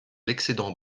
l’excédent